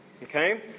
Okay